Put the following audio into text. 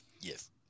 Yes